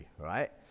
right